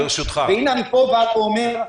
והנה אני אומר כאן: